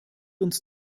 uns